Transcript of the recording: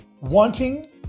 wanting